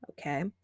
okay